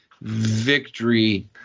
victory